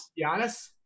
Giannis